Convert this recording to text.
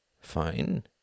Fine